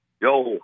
Yo